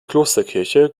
klosterkirche